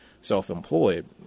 self-employed